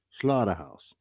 Slaughterhouse